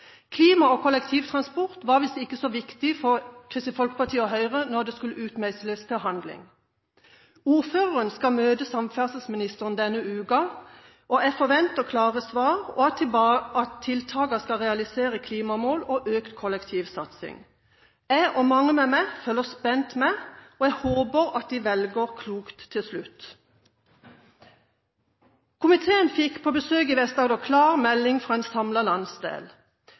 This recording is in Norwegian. Klima og kollektivtransport var visst ikke så viktig for Kristelig Folkeparti og Høyre når det skulle utmeisles til handling. Ordføreren skal møte samferdselsministeren denne uken. Jeg forventer klare svar og at tiltakene skal realisere klimamål og økt kollektivsatsing. Jeg – og mange med meg – følger spent med, og jeg håper at de velger klokt til slutt. Komiteen fikk – på besøk i Vest-Agder – klar melding fra en samlet landsdel: